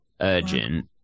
urgent